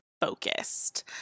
focused